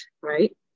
right